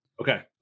Okay